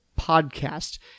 podcast